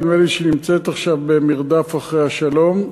נדמה לי שהיא נמצאת עכשיו במרדף אחרי השלום.